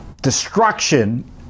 destruction